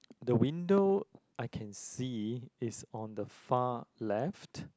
the window I can see is on the far left